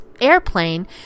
airplane